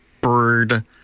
bird